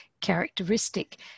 characteristic